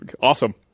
awesome